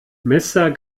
messer